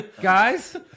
Guys